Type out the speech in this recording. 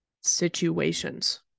situations